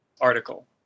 article